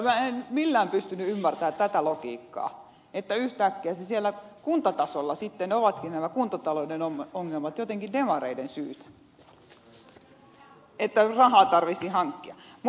en millään pystynyt ymmärtämään tätä logiikkaa että yhtäkkiä siellä kun tatasolla sitten ovatkin nämä kuntatalouden ongelmat jotenkin demareiden syytä kun rahaa tarvitsisi hankkia